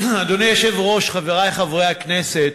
אדוני היושב-ראש, חברי חברי הכנסת,